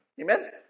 Amen